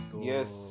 Yes